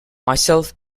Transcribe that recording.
myself